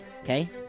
Okay